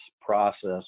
process